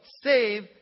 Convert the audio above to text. save